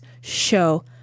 show